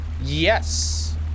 Yes